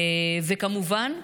וכמובן,